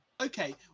Okay